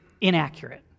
inaccurate